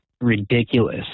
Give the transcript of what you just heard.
ridiculous